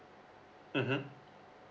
mmhmm